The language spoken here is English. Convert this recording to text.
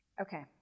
okay